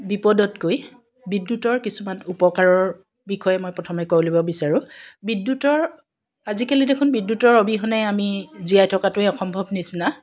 বিপদতকৈ বিদ্যুতৰ কিছুমান উপকাৰৰ বিষয়ে মই প্ৰথমে কৈ ল'ব বিচাৰোঁ বিদ্যুতৰ আজিকালি দেখোন বিদ্যুতৰ অবিহনে আমি জীয়াই থকাটোৱে অসম্ভৱ নিচিনা